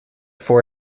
four